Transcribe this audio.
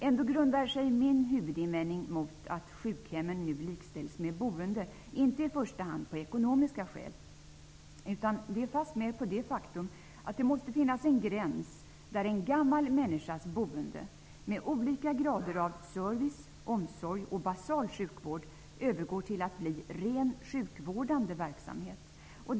Ändå grundar sig min huvudinvändning mot att sjukhemmen nu likställs med boende inte i första hand på ekonomiska skäl, utan fastmer på det faktum att det måste finnas en gräns där en gammal människas boende med olika grader av service, omsorg och basal sjukvård övergår till att bli ren sjukvårdande verksamhet.